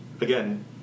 Again